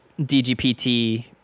DGPT